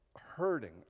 hurting